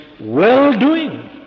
well-doing